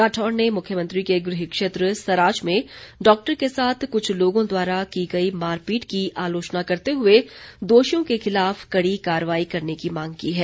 राठौर ने मुख्यमंत्री के गृहक्षेत्र सराज में डॉक्टर के साथ कुछ लोगों द्वारा की गई मारपीट की आलोचना करते हुए दोषियों के खिलाफ कड़ी कार्रवाई करने की मांग की है